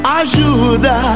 ajuda